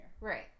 Right